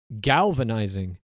galvanizing